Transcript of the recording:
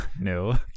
No